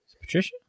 Patricia